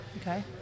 Okay